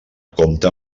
compta